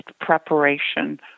preparation